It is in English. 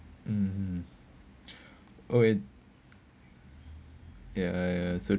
um okay ya so